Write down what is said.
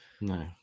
No